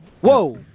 Whoa